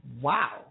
wow